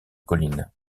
colline